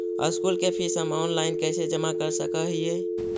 School के fees हम online कैसे जमा कर सक हिय?